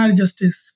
justice